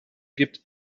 gibt